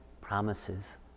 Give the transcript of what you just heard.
promises